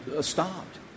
stopped